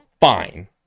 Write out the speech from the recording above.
fine